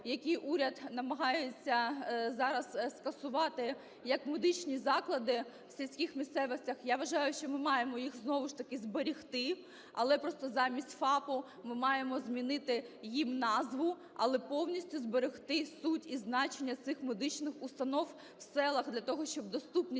які уряд намагається зараз скасувати як медичні заклади в сільських місцевостях. Я вважаю, що ми маємо їх знову ж таки зберегти. Але просто замість ФАПу ми маємо змінити їм назву, але повністю зберегти суть і значення в цих медичних установ в селах для того, щоб доступність